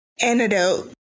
Antidote